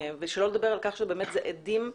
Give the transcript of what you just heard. ושלא לדבר על כך שבאמת זה אדים מסוכנים,